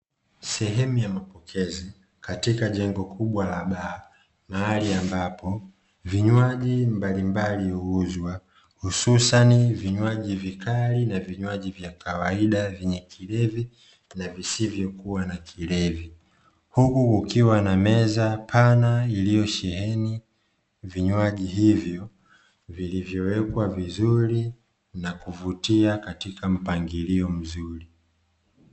Sehemu ya mapokezi katika jengo kubwa la baa. Mahali ambapo vinywaji mbalimbali huuzwa hususani, vinywaji vikali na vinywaji vya kawaida vyenye kilevi na visivyokuwa na kilevi. Huku kukiwa na meza pana iliyosheheni vinywaji hivyo vilivyowekwa vizuri na kuvutia katika mpangilio mzuri.